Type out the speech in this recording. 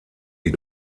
die